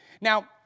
Now